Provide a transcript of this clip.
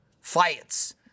Fights